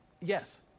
yes